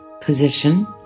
position